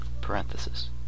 Parenthesis